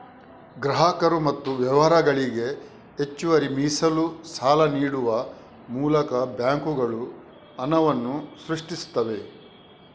ಗ್ರಾಹಕರು ಮತ್ತು ವ್ಯವಹಾರಗಳಿಗೆ ಹೆಚ್ಚುವರಿ ಮೀಸಲು ಸಾಲ ನೀಡುವ ಮೂಲಕ ಬ್ಯಾಂಕುಗಳು ಹಣವನ್ನ ಸೃಷ್ಟಿಸ್ತವೆ